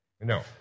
No